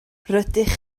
rydych